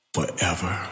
Forever